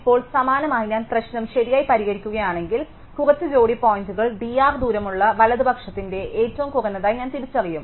ഇപ്പോൾ സമാനമായി ഞാൻ പ്രശ്നം ശരിയായി പരിഹരിക്കുകയാണെങ്കിൽ കുറച്ച് ജോഡി പോയിന്റുകൾ d R ദൂരമുള്ള വലതുപക്ഷത്തിന്റെ ഏറ്റവും കുറഞ്ഞതായി ഞാൻ തിരിച്ചറിയും